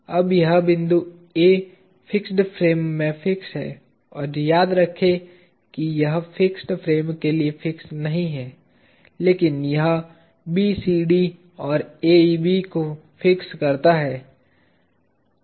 अब यह बिंदु A फिक्स्ड फ्रेम में फिक्स है और याद रखें कि यह फिक्स फ्रेम के लिए फिक्स नहीं है लेकिन यह BCD और AEB को फिक्स करता है